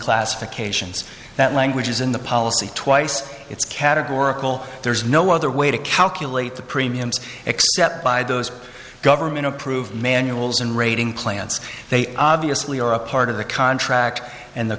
classifications that language is in the policy twice it's categorical there is no other way to calculate the premiums except by those government approved manuals and rating plants they obviously are a part of the contract and the